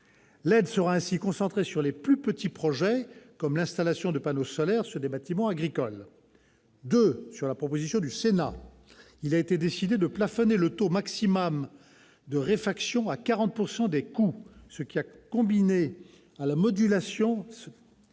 L'aide sera ainsi concentrée sur les plus petits projets, comme l'installation de panneaux solaires sur des bâtiments agricoles. Ensuite, sur la proposition du Sénat, il a été décidé de plafonner le taux maximal de réfaction à 40 % des coûts, ce qui, combiné à la modulation,